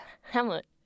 Hamlet